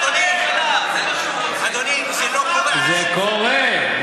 אדוני, זה לא קורה.